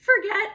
forget